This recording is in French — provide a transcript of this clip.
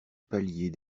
palier